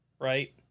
right